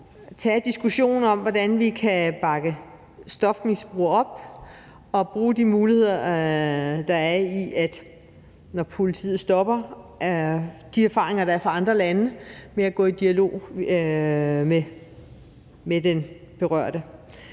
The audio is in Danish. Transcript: tage diskussionen om, hvordan vi kan bakke stofmisbrugere op og bruge de muligheder, der er, når politiet stopper folk, altså erfaringerne fra andre lande med at gå i dialog med den berørte.